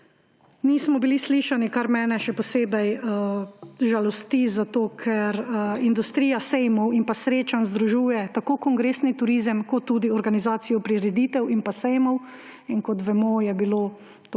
Nismo bili slišani, kar mene še posebej žalosti, zato ker industrija sejmov in srečanj združuje tako kongresni turizem kot tudi organizacijo prireditev in sejmov. Kot vemo, je bilo